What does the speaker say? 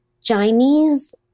Chinese